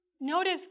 Notice